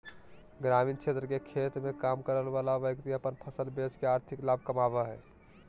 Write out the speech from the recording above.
ग्रामीण क्षेत्र के खेत मे काम करय वला व्यक्ति अपन फसल बेच के आर्थिक लाभ कमाबय हय